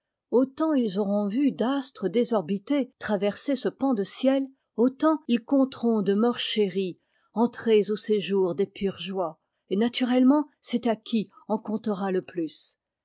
autant ils auront vu d'astres désor bités traverser ce pan de ciel autant ils compteront de morts chéris entrés au séjour des pures joies e et naturellement c'est à qui en comptera le plus